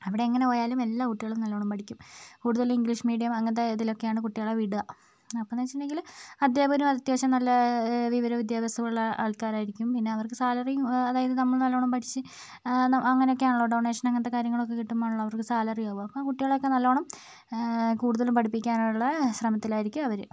അവിടെ എങ്ങനെ പോയാലും എല്ലാ കുട്ടികളും നല്ലോണം പഠിക്കും കൂടുതലും ഇംഗ്ലീഷ് മീഡിയം അങ്ങനത്തെ ഇതിലൊക്കെയാണ് കുട്ടികളെ വിടുക അപ്പോഴെന്ന് വെച്ചിട്ടുണ്ടെങ്കിൽ അധ്യാപകനും അത്യാവശ്യം നല്ല വിവരോം വിദ്യാഭ്യാസോം ഉള്ള ആൾക്കാരായിരിക്കും പിന്നെ അവർക്ക് സാലറിയും അതായത് നമ്മൾ നല്ലോണം പഠിച്ച് അങ്ങനൊക്കെയാണല്ലോ ഡൊണേഷൻ അങ്ങനത്തെ കാര്യങ്ങളൊക്കെ കിട്ടുമ്പോഴാണല്ലോ അവർക്ക് സാലറി ആവുക അപ്പം കുട്ടികളെയൊക്കെ നല്ലോണം കൂടുതലും പഠിപ്പിക്കാൻ ഉള്ള ശ്രമത്തിലായിരിക്കും അവർ